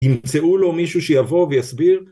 ימצאו לו מישהו שיבוא ויסביר